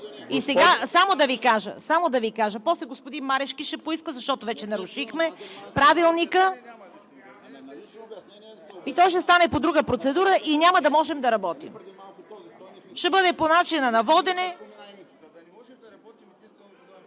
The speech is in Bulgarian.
обиждаме. Само да Ви кажа. После господин Марешки ще поиска, защото вече нарушихме Правилника и то ще стане по друга процедура, и няма да можем да работим. Ще бъде и по начина на водене.